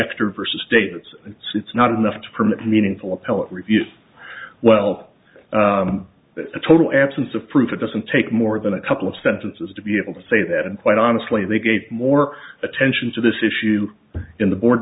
get traverses statements and it's not enough to permit meaningful appellate review well a total absence of proof it doesn't take more than a couple of sentences to be able to say that and quite honestly they gave more attention to this issue in the board